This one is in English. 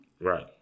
Right